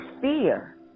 fear